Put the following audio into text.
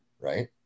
Right